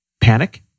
panic